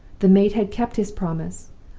the mate had kept his promise.